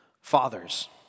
fathers